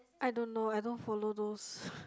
I don't know I don't follow those